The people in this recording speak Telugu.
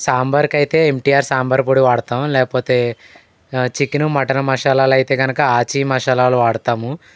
సాంబార్కైతే ఎమ్టీఆర్ సాంబార్ పొడి వాడతాం లేకపోతే చికెన్ మటన్ మసాలాలు అయితే గనుక ఆచీ మసాలాలు వాడతాము